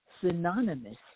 synonymous